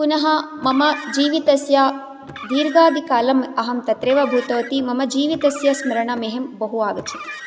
पुनः मम जीवितस्य दीर्घादिकालम् अहं तत्रैव भूतवती मम जीवितस्य स्मरणं मह्यं बहु आगच्छति